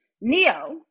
Neo